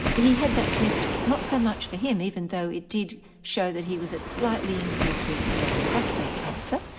he had that test, not so much for him even though it did show that he was at slightly increased risk for prostate cancer.